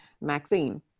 Maxine